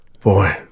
Boy